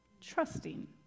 trusting